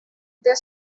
there